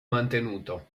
mantenuto